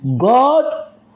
God